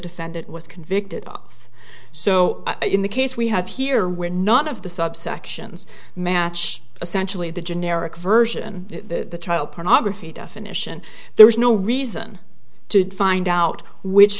defendant was convicted off so in the case we have here where not of the subsections match essentially the generic version the child pornography definition there is no reason to find out which